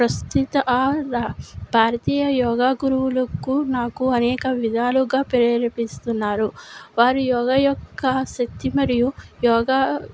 ప్రస్తుత భారతీయ యోగా గురువులకు నాకు అనేక విధాలుగా ప్రేరేపిస్తున్నారు వారు యోగా యొక్క శక్తి మరియు యోగా